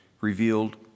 revealed